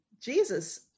Jesus